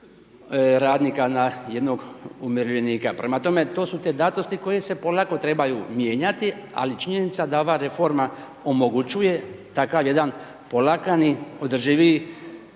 radnika na jednog umirovljenika. Prema tome, to su te datosti koje se polako trebaju mijenjati, ali činjenica da ova reforma omogućuje takav jedan polagani, održiviji